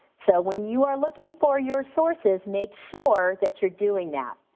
so when you are looking for your sources make sure that you're doing that.